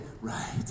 right